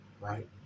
right